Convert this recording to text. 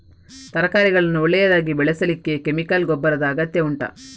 ತರಕಾರಿಗಳನ್ನು ಒಳ್ಳೆಯದಾಗಿ ಬೆಳೆಸಲಿಕ್ಕೆ ಕೆಮಿಕಲ್ ಗೊಬ್ಬರದ ಅಗತ್ಯ ಉಂಟಾ